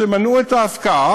שמנעו את ההפקעה,